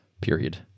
period